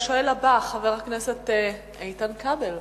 השואל הבא, חבר הכנסת איתן כבל.